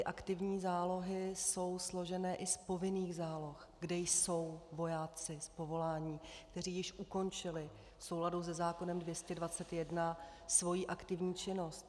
Aktivní zálohy jsou složeny i z povinných záloh, kde jsou vojáci z povolání, kteří již ukončili v souladu se zákonem 221 svoji aktivní činnost.